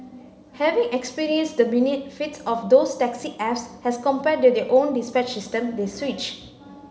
having experienced the benefits of those taxi apps as compared to their own dispatch system they switch